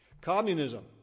Communism